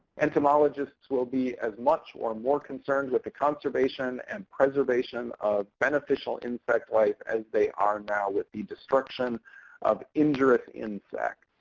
entomologists will be as much or more concerned with the conservation and preservation of beneficial insect life as they are now with the destruction of injurious insects.